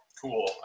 cool